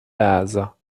اعضا